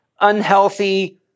unhealthy